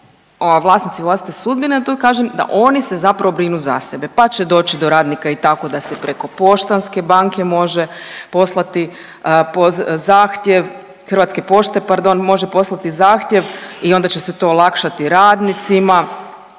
budu vlasnici vlastite sudbine … kažem da oni se zapravo brinu za sebe. Pa će doći do radnika i tako da se preko Poštanske banke može poslati zahtjev Hrvatske pošte pardon, može poslati zahtjev i onda se će se to olakšati radnicima.